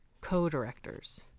co-directors